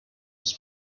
his